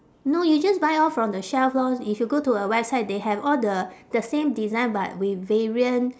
no you just buy off from the shelf lor if you go to a website they have all the the same design but with variant